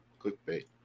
clickbait